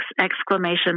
exclamation